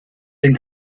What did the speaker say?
den